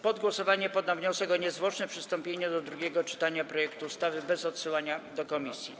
Pod głosowanie poddam wniosek o niezwłoczne przystąpienie do drugiego czytania projektu ustawy bez odsyłania do komisji.